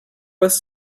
less